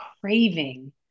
craving